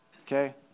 Okay